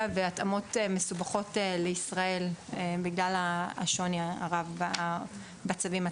והתאמות מסובכות לישראל בגלל השוני הרב בצווים עצמם.